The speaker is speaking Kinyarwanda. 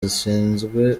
zishinzwe